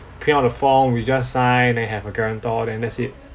print out the form we just sign then have a guarantor then that's it